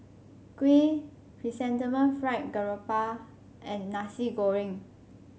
kuih Chrysanthemum Fried Garoupa and Nasi Goreng